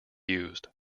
used